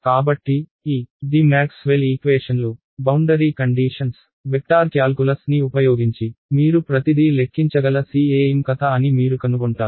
కాబట్టి ఇది మ్యాక్స్వెల్ ఈక్వేషన్లు బౌండరీ కండీషన్స్ వెక్టార్ క్యాల్కులస్ని ఉపయోగించి మీరు ప్రతిదీ లెక్కించగల CEM కథ అని మీరు కనుగొంటారు